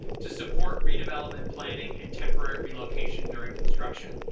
to support redevelopment planning and temporary relocation during construction,